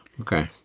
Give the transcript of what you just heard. Okay